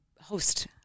host